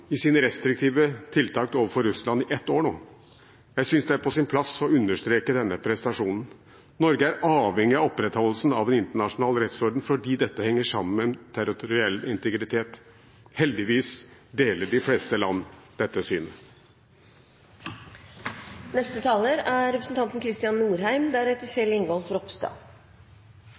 i sine restriktive tiltak overfor Russland i ett år nå. Jeg synes det er på sin plass å understreke denne prestasjonen. Norge er avhengig av opprettholdelsen av en internasjonal rettsorden, fordi dette henger sammen med territoriell integritet. Heldigvis deler de fleste land dette synet.